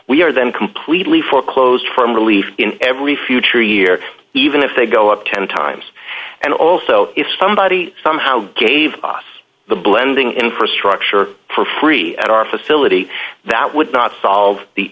we are then completely foreclosed from relief in every future year even if they go up ten times and also if somebody somehow gave us the blending infrastructure for free at our facility that would not solve the